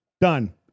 Done